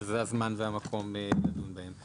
אז זה הזמן והמקום לדון בהם.